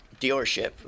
dealership